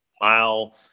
mile